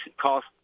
cost